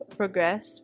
progress